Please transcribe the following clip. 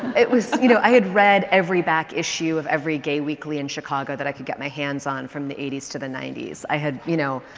it was, you know, i had read every back issue of every gay weekly in chicago that i could get my hands on from the eighty s to the ninety s. i had, you know,